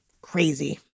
Crazy